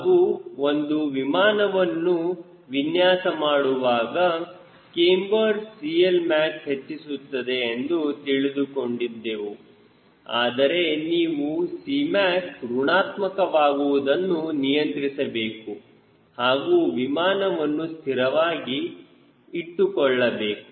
ಹಾಗೂ ಒಂದು ವಿಮಾನವನ್ನು ವಿನ್ಯಾಸ ಮಾಡುವಾಗ ಕ್ಯಾಮ್ಬರ್ CLmax ಹೆಚ್ಚಿಸುತ್ತದೆ ಎಂದು ತಿಳಿದುಕೊಂಡಿದ್ದೆವು ಆದರೆ ನೀವು Cmac ಋಣಾತ್ಮಕ ವಾಗುವುದನ್ನು ನಿಯಂತ್ರಿಸಬೇಕು ಹಾಗೂ ವಿಮಾನವನ್ನು ಸ್ಥಿರವಾಗಿ ಇಟ್ಟುಕೊಳ್ಳಬೇಕು